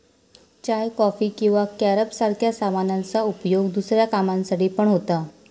चाय, coffee किंवा carob सारख्या सामानांचा उपयोग दुसऱ्या कामांसाठी पण होता